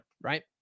right